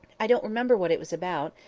i don't remember what it was about,